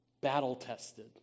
battle-tested